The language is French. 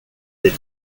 des